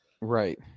Right